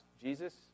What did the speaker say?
Jesus